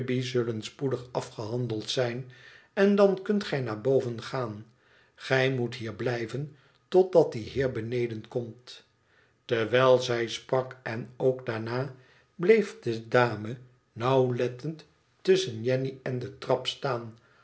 zullen spoedig afgehandeld zijn en dan kunt gij naar boven gaan gij moet hier blijven totdat die heer beneden komt terwijl zij sprak en ook daarna bleef de dame nauwlettend tusschen jenny en de trap staan